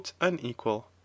unequal